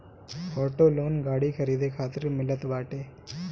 auto loan गाड़ी खरीदे खातिर मिलत बाटे